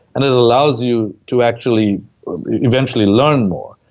and it allows you to actually eventually learn more.